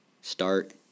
Start